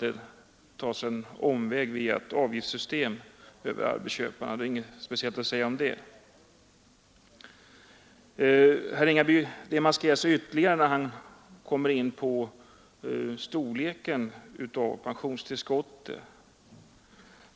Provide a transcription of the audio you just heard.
det tas en omväg via arbetsköparna med ett avgiftssystem. Herr Ringaby demaskerar sig ytterligare när han kommer in på storleken av pensionstillskottet.